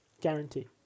guarantee